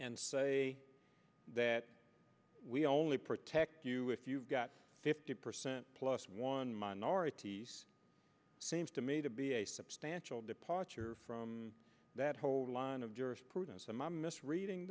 and say that we only protect you if you've got fifty percent plus one minority seems to me to be a substantial departure from that whole line of jur